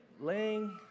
laying